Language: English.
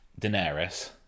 Daenerys